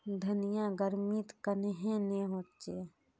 धनिया गर्मित कन्हे ने होचे?